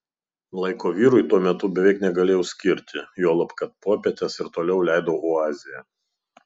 laiko vyrui tuo metu beveik negalėjau skirti juolab kad popietes ir toliau leidau oazėje